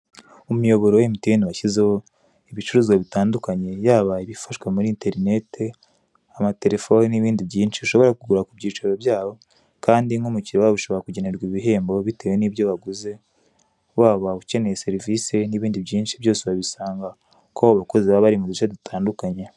Umuyoboro wa emutiyeni washyizeho ibicuruzwa bitandukanye yaba ibifashwa muri interineti, amatelefoni n'ibindi byinshi, ushobora kugura ku byicaro byabo kandi nk'umukiliya ushobora kugenerwa ibihembo bitewe n'ibyo waguze waba ukeneye serivise n'ibindi byinshi byose urabisanga kuko abo bakozi baba bari mu duce dutandukanye.